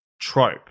trope